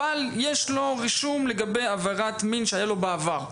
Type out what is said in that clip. אבל יש לו רישום לגבי עבירת מין שהייתה לו בעבר.